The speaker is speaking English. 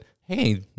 hey